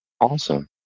Awesome